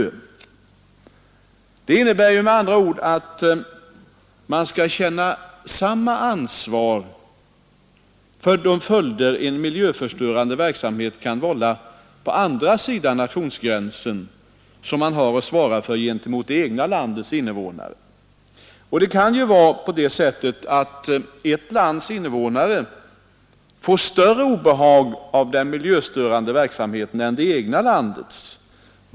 Detta innebär med andra ord att man i ett land skall känna samma ansvar för de följder som en miljöförstörande verksamhet kan vålla på andra sidan nationsgränsen som man känner inför det egna landets invånare. Och det kan ju vara så att invånarna i ett grannland får större obehag av den miljöstörande verksamheten än det egna landet får.